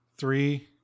Three